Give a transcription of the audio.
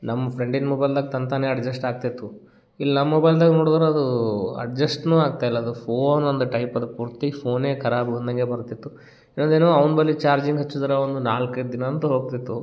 ನಮ್ಮ ಫ್ರೆಂಡಿನ ಮೊಬೈಲ್ದಾಗ ತಂತಾನೇ ಅಡ್ಜಸ್ಟ್ ಆಗ್ತಾ ಇತ್ತು ಇಲ್ಲಿ ನಮ್ಮ ಮೊಬೈಲ್ದಾಗ ನೋಡ್ದ್ರೆ ಅದು ಅಡ್ಜಸ್ಟೂ ಆಗ್ತಾ ಇಲ್ಲ ಅದು ಫೋನ್ ಒಂದು ಟೈಪ್ ಅದು ಪೂರ್ತಿ ಫೋನೇ ಖರಾಬು ಅಂದಂಗೆ ಬರ್ತಿತ್ತು ಇನ್ನೊಂದೇನು ಅವ್ನ ಬಳಿ ಚಾರ್ಜಿಂಗ್ ಹಚ್ಚಿದ್ರೆ ಒಂದು ನಾಲ್ಕು ಐದು ದಿನ ಅಂತೂ ಹೋಗ್ತಿತ್ತು